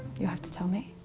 you have to tell me!